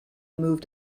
moved